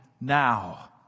now